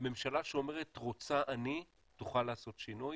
ממשלה שאומרת רוצה אני תוכל לעשות שינוי.